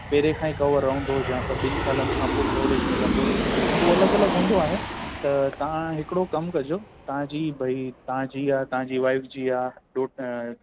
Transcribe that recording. पहिरे खां ई कवर रहंदो या त ॿिनि सालनि खां पोइ कवरेज मिलंदो उहोअलॻि अलॻि हूंदो आहे त तव्हां हिकिड़ो कमु कजो तव्हांजी भाई तव्हांजी आहे तव्हांजी वाइफ जी आहे डूट